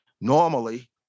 normally